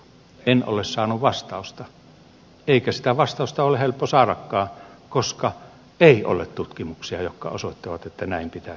en ole saanut vastausta eikä sitä vastausta ole helppo saadakaan koska ei ole tutkimuksia jotka osoittavat että näin pitäisi menetellä